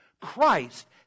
Christ